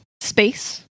space